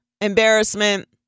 embarrassment